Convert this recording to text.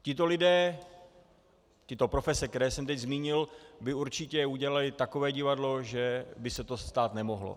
Tito lidé, tyto profese, které jsem teď zmínil, by určitě udělali takové divadlo, že by se to stát nemohlo.